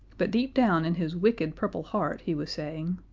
but deep down in his wicked purple heart he was saying,